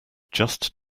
just